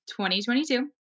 2022